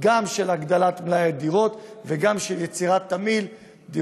בהגדלת מלאי הדירות עד 10%. על-פי